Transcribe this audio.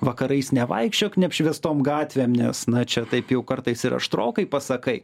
vakarais nevaikščiok neapšviestom gatvėm nes na čia taip jau kartais ir aštrokai pasakai